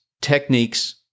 techniques